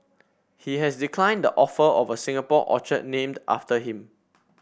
he has declined the offer of a Singapore orchid named after him